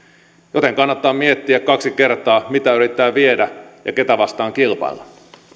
joten kannattaa miettiä kaksi kertaa mitä yrittää viedä ja ketä vastaan kilpailla